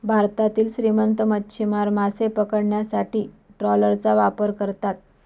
भारतातील श्रीमंत मच्छीमार मासे पकडण्यासाठी ट्रॉलरचा वापर करतात